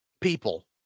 people